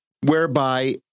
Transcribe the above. whereby